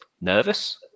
nervous